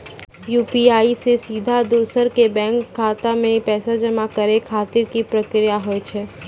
UPI से सीधा दोसर के बैंक खाता मे पैसा जमा करे खातिर की प्रक्रिया हाव हाय?